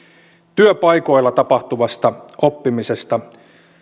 työpaikoilla tapahtuvasta oppimisesta